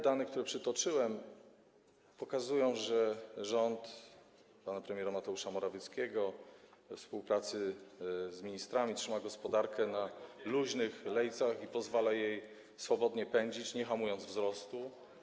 Dane, które przytoczyłem, pokazują, że rząd pana premiera Mateusza Morawieckiego we współpracy z ministrami trzyma gospodarkę na luźnych lejcach i pozwala jej swobodnie pędzić, nie hamując wzrostu.